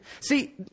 See